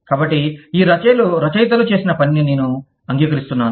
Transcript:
కాబట్టి ఈ రచయితలు చేసిన పనిని నేను అంగీకరిస్తున్నాను